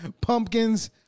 pumpkins